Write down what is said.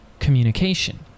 communication